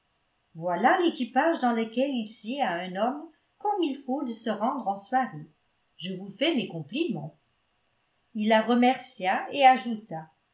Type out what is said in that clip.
voilà l'équipage dans lequel il sied à un homme comme il faut de se rendre en soirée je vous fais mes compliments il la remercia et ajouta